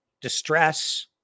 distress